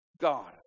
God